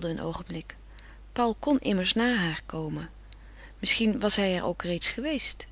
een oogenblik paul kon immers na haar komen maar misschien was hij er ook reeds geweest